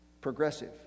progressive